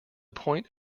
point